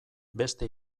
beste